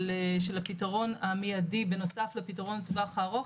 הפתרון המיידי בנוסף לפתרון לטווח הארוך,